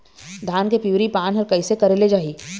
धान के पिवरी पान हर कइसे करेले जाही?